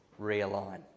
realign